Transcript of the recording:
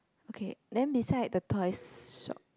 okay then beside the toys shop